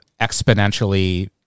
exponentially